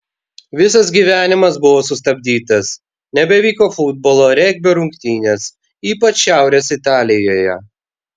visas gyvenimas buvo sustabdytas nebevyko futbolo regbio rungtynės ypač šiaurės italijoje